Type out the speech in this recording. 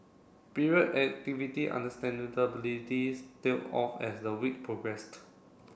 period activity tailed off as the week progressed